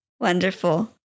Wonderful